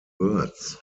birds